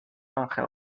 angel